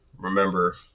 Remember